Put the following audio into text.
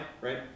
right